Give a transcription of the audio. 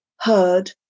heard